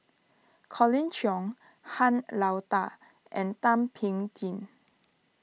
Colin Cheong Han Lao Da and Thum Ping Tjin